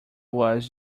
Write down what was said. was